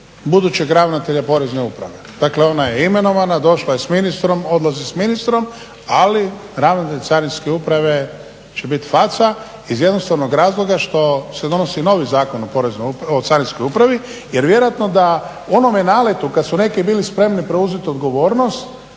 budućeg ravnatelja Porezne uprave? Dakle, ona je imenovana, došla je s ministrom, odlazi s ministrom ali ravnatelj Carinske uprave će biti faca iz jednostavnog razloga što se donosi novi Zakon o Carinskoj upravi jer vjerojatno da u onome naletu kad su neki bili spremni preuzeti odgovornost